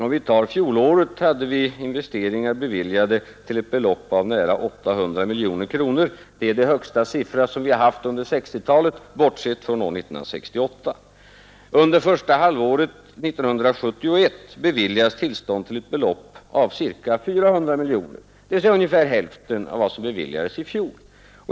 Om vi tar fjolåret, ser vi att vi hade investeringar beviljade till ett belopp av nära 800 miljoner kronor. Det är den högsta siffra som vi har haft under åren efter 1960, bortsett från år 1968. Under första halvåret 1971 beviljades tillstånd till ett belopp av ca 400 miljoner, dvs. ungefär hälften av vad som beviljades i fjol.